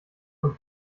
von